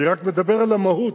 אני רק מדבר על המהות.